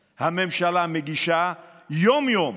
הממשלה, מגישה יום-יום